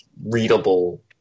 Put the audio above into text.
readable